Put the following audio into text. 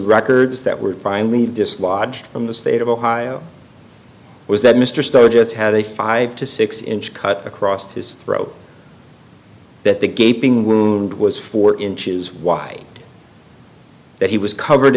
records that were finally dislodged from the state of ohio was that mr sturgis had a five to six inch cut across his throat that the gaping wound was four inches wide that he was covered